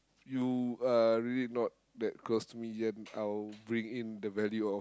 you are really not that close to me then I'll bring in the value of